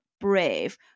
brave